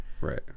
Right